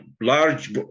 large